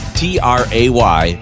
tray